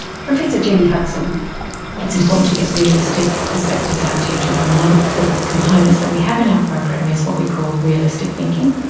jennie hudson it's important to get realistic perspectives out to your children. one of the the components that we have in our program is what we call realistic thinking.